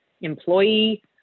employee